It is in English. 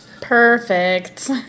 Perfect